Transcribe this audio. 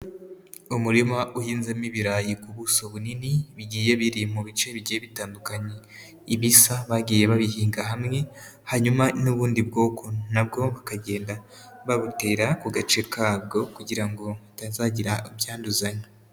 Umurima uhinzemo ibirayi ku buso bunini bigiye biri mu bice bigiye bitandukanye, ibisa bagiye babihinga hamwe, hanyuma n'ubundi bwoko nabwo bakagenda babutera ku gace kabwo kugira ngo hatazagira ibyanduzanya.